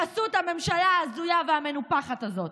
בחסות הממשלה ההזויה והמנופחת הזאת.